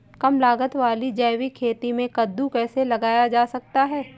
कम लागत वाली जैविक खेती में कद्दू कैसे लगाया जा सकता है?